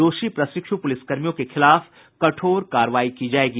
दोषी प्रशिक्षु पुलिसकर्मियों के खिलाफ कठोर कार्रवाई की जायेगी